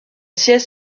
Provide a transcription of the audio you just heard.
siège